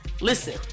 Listen